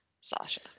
Sasha